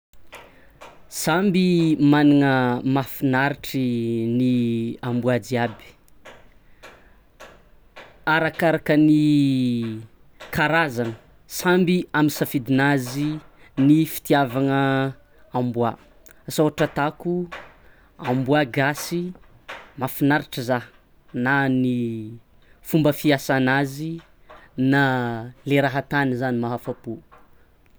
Samby managna mahafinaritry ny amboà jiaby arakaraka ny karazany, samby amy safidinazy ny fitiavagna amboà. Asa ohatra atako amboa gasy mafinaritry zah, na ny fomba fiasanazy, na le raha atany zany mahafapô.